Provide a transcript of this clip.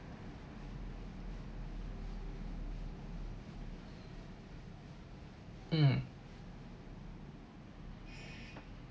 um